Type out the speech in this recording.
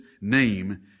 name